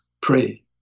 pray